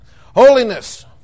Holiness